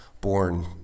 born